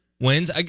wins